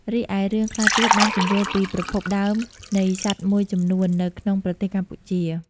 រីឯ រឿងខ្លះទៀតបានពន្យល់ពីប្រភពដើមនៃសត្វមួយចំនួននៅក្នុងប្រទេសកម្ពុជា។